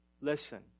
listen